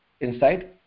inside